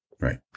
Right